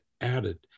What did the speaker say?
added